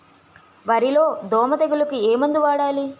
వరిలో దోమ తెగులుకు ఏమందు వాడాలి?